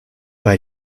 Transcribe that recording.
bei